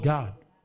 God